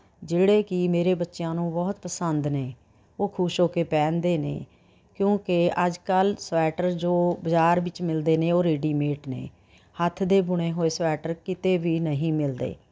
ਜਿਹੜੇ ਕੀ ਮੇਰੇ ਬੱਚਿਆਂ ਨੂੰ ਬਹੁਤ ਪਸੰਦ ਨੇ ਉਹ ਖੁਸ਼ ਹੋ ਕੇ ਪਹਿਨਦੇ ਨੇ ਕਿਉੰਕਿ ਅੱਜਕਲ ਸਵੈਟਰ ਜੋ ਬਜ਼ਾਰ ਵਿੱਚ ਮਿਲਦੇ ਨੇ ਉਹ ਰੇਡੀਮੇਟ ਨੇ ਹੱਥ ਦੇ ਬੁਣੇ ਹੋਏ ਸਵੈਟਰ ਕਿਤੇ ਵੀ ਨਹੀਂ ਮਿਲਦੇ